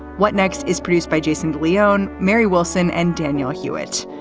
what next is produced by jason leone, mary wilson and daniel hewett.